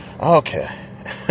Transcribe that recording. Okay